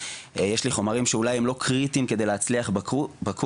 יש לי חומרים שאולי הם לא קריטיים על מנת להצליח בקורס,